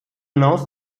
hinaus